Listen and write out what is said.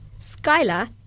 Skyla